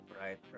right